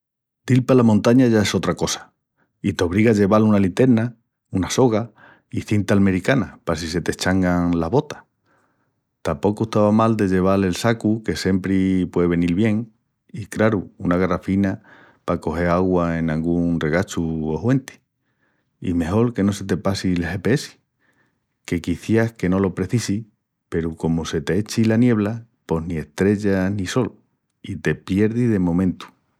Dil pala montaña ya es sotra cosa i t'obriga a lleval una literna, una soga i cinta almericana pa si se t'eschangan las botas. Tapocu estava mal de lleval el sacu que siempri puei venil bien i, craru, una garrafina pa cogel augua en angún regachu o huenti. I mejol que no se te passi el GPS, que quiciás que no lo precisis peru comu se t'echi la niebla pos ni estrellas ni sol i te pierdis de momentu.